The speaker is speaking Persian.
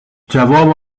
جواب